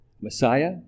Messiah